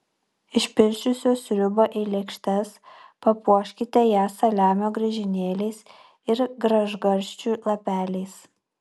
išpilsčiusios sriubą į lėkštes papuoškite ją saliamio griežinėliais ir gražgarsčių lapeliais